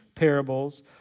Parables